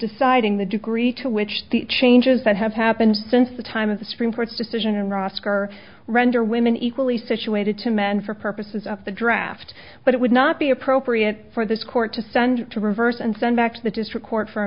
deciding the degree to which the changes that have happened since the time of the supreme court's decision in roscoe are render women equally situated to men for purposes of the draft but it would not be appropriate for this court to send to reverse and send back to the district court for a